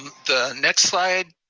the next slide